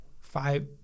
five